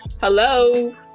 Hello